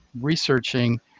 researching